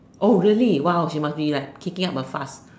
oh really !wow! he must be like kicking up a fuss